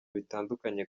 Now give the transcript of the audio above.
bitandukanye